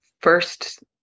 first